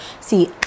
See